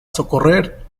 socorrer